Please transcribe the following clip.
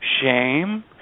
shame